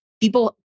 People